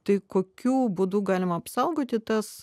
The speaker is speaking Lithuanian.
tai kokiu būdu galima apsaugoti tas